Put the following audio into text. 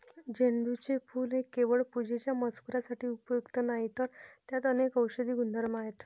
झेंडूचे फूल केवळ पूजेच्या मजकुरासाठी उपयुक्त नाही, तर त्यात अनेक औषधी गुणधर्म आहेत